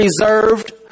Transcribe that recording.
reserved